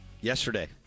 yesterday